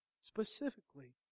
specifically